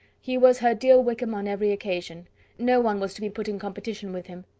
he was her dear wickham on every occasion no one was to be put in competition with him.